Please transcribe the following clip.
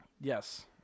Yes